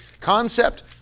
concept